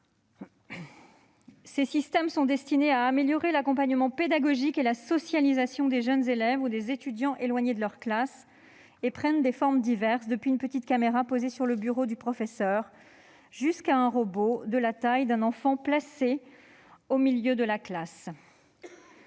Il est destiné à améliorer l'accompagnement pédagogique et la socialisation des jeunes élèves ou des étudiants éloignés de leur classe. Il prend des formes diverses, depuis une petite caméra posée sur le bureau du professeur, jusqu'à un robot, de la taille d'un enfant, placé au milieu de la classe.